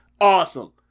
awesome